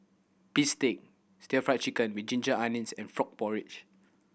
bistake Stir Fry Chicken with ginger onions and frog porridge